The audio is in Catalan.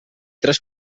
tres